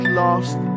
lost